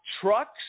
trucks